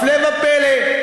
הפלא ופלא,